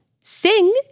Sing